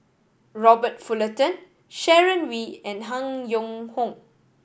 Robert Fullerton Sharon Wee and Han Yong Hong